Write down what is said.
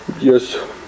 Yes